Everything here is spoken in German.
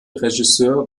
regisseur